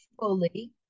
fully